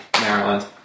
Maryland